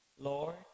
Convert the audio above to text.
Lord